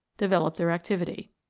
develop their activity.